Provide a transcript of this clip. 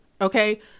okay